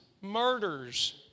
murders